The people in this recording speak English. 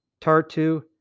Tartu